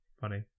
Funny